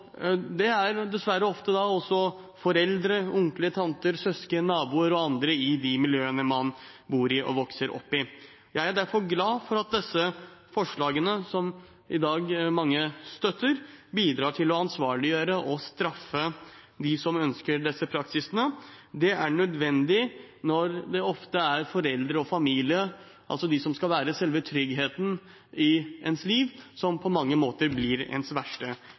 Det er dessverre ofte foreldre, onkler, tanter, søsken, naboer og andre i de miljøene man bor i og vokser opp i. Jeg er derfor glad for at disse forslagene, som mange støtter i dag, bidrar til å ansvarliggjøre og straffe dem som ønsker denne praksisen. Det er nødvendig når det ofte er foreldre og familie, de som skal være selve tryggheten i ens liv, som på mange måter blir ens verste